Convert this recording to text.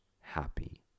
happy